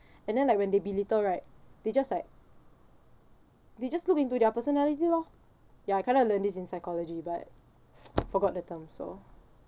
and then like when they belittle right they just like they just look into their personality lor ya kind of learned this in psychology but forgot the term so